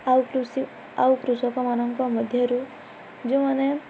ଆଉ କୃଷି ଆଉ କୃଷକମାନଙ୍କ ମଧ୍ୟରୁ ଯେଉଁମାନେ